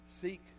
seek